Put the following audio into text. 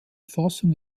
fassung